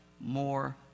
more